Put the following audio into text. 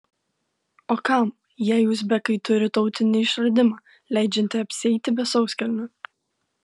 o kam jei uzbekai turi tautinį išradimą leidžiantį apsieiti be sauskelnių